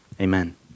Amen